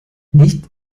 nicht